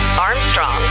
Armstrong